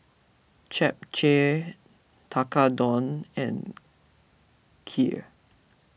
Japchae Tekkadon and Kheer